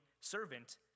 servant